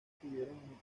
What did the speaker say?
tuvieron